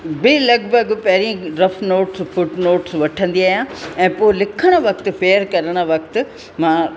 बि लॻभॻि पहिरीं रफ नोट्स फुट नोट्स वठंदी आहियां ऐं पोइ लिखणु वक़्तु फेयर करणु वक़्तु मां